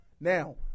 Now